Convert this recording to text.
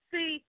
See